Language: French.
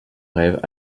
rêves